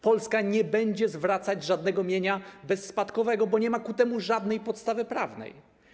Polska nie będzie zwracać żadnego mienia bezspadkowego, bo nie ma ku temu żadnej podstawy prawnej.